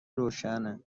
روشنه